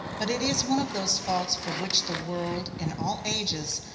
but it is one of those faults for which the world, in all ages,